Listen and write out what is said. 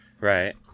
right